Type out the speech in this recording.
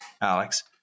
Alex